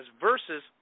versus